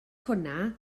hwnna